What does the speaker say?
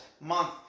month